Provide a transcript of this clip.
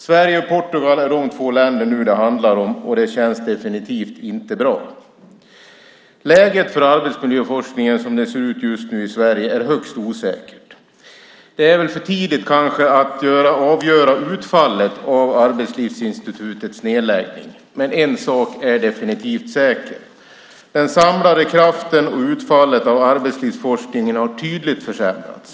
Sverige och Portugal är de två länder det handlar om nu, och det känns definitivt inte bra. Läget för arbetsmiljöforskningen som det ser ut just nu i Sverige är högst osäkert. Det kanske är för tidigt för att avgöra utfallet av Arbetslivsinstitutets nedläggning. Men en sak är definitivt säker: Den samlade kraften och utfallet av arbetslivsforskningen har tydligt försämrats.